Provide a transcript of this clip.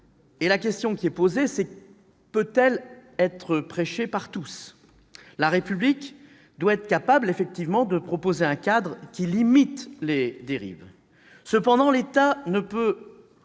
et la question posée est la suivante : peut-elle être prêchée par tous ? La République doit être capable, effectivement, de proposer un cadre qui limite les dérives. Cependant, l'État ne peut